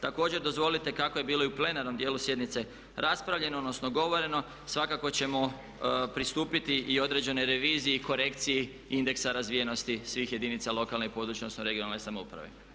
Također dozvolite, kako je bilo i u plenarnom dijelu sjednice raspravljeno odnosno govoreno svakako ćemo pristupiti i određenoj reviziji i korekciji indeksa razvijenosti svih jedinica lokalne i područne (regionalne) samouprave.